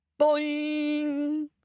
boing